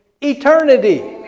Eternity